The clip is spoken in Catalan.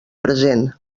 present